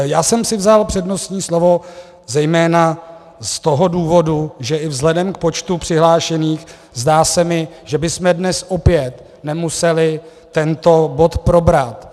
Já jsem si vzal přednostní slovo zejména z toho důvodu, že i vzhledem k počtu přihlášených se mi zdá, že bychom dnes opět nemuseli tento bod probrat.